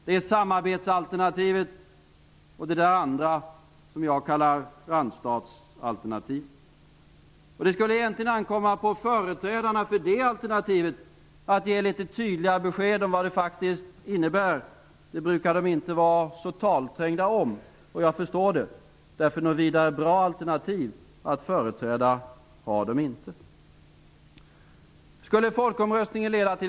Det är samarbetsalternativet och det andra alternativet som jag kallar för randstatsalternativet. Det skulle egentligen ankomma på företrädarna för det alternativet att ge litet tydligare besked om vad det faktiskt innebär. Men det brukar de inte vara så talträngda om, och det förstår jag. Något vidare bra alternativ att företräda har de inte.